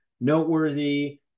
noteworthy